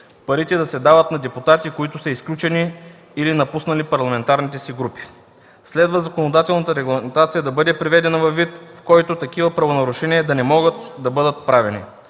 парите да се дават на депутати, които са изключени или напуснали парламентарните си групи. Следва законодателната регламентация да бъде приведена във вид, в който такива правонарушения да не могат да бъдат правени.